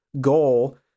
goal